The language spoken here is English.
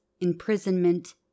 imprisonment